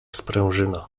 sprężyna